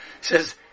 says